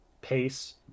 pace